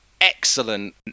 excellent